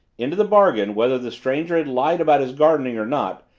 into the bargain, whether this stranger had lied about his gardening or not,